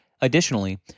Additionally